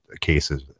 cases